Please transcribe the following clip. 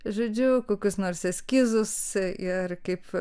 žodžiu kokius nors eskizus ir kaip